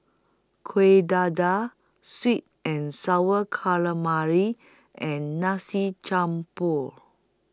Kueh Dadar Sweet and Sour Calamari and Nasi Campur